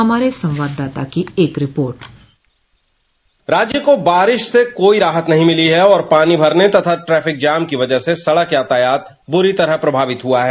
हमारे संवाददाता की एक रिपोर्ट राज्य को बारिश से कोई राहत नहीं मिली है और पानी भरने तथा ट्रैफिक जाम की वजह से सड़क यातायात बुरी तरह प्रभावित हुआ है